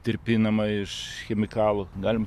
tirpinama iš chemikalų galim